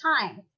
Time